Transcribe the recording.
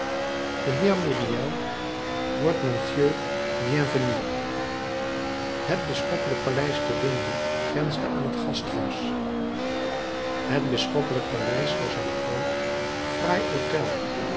de heer myriel wordt monseigneur bienvenu het bisschoppelijk paleis te d grensde aan het gasthuis het bisschoppelijk paleis was een groot fraai